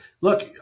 Look